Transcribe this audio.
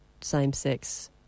same-sex